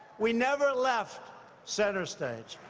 we never left center stage.